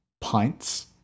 pints